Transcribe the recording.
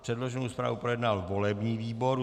Předloženou zprávu projednal volební výbor.